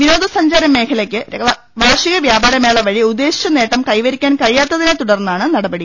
വിനോദ സഞ്ചാര മേഖലക്ക് വാർഷിക വ്യാപാര മേള വഴി ഉദ്ദേശിച്ച നേട്ടം ക്ടൈവരിക്കാൻ കഴി യാത്തതിനെ തുടർന്നാണ് നടപടി